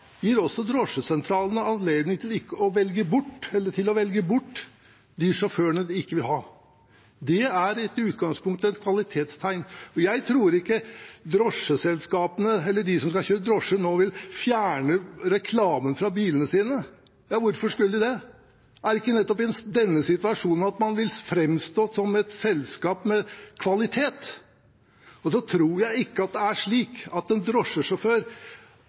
til å velge bort de sjåførene de ikke vil ha. Det er i utgangspunktet et kvalitetstegn. Jeg tror ikke drosjeselskapene eller de som skal kjøre drosje, nå vil fjerne reklamen fra bilene sine – hvorfor skulle de det? Er det ikke nettopp i denne situasjonen man vil framstå som et selskap med kvalitet? Jeg tror ikke det er slik at en